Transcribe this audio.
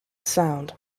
sound